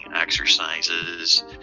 exercises